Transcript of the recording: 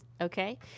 Okay